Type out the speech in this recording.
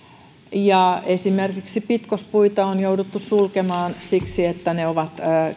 esimerkiksi pitkospuita on jouduttu sulkemaan siksi että ne ovat